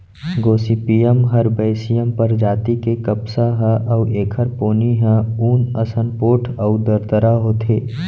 Gossypium herbaceum परजाति के कपसा ह अउ एखर पोनी ह ऊन असन पोठ अउ दरदरा होथे